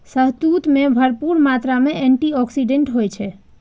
शहतूत मे भरपूर मात्रा मे एंटी आक्सीडेंट होइ छै